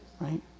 right